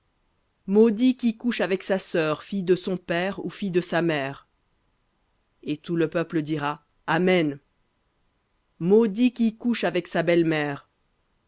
maudit qui couche avec sa sœur fille de son père ou fille de sa mère et tout le peuple dira amen maudit qui couche avec sa belle-mère